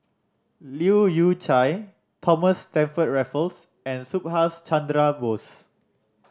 Leu Yew Chye Thomas Stamford Raffles and Subhas Chandra Bose